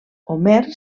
homer